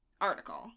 article